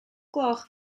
gloch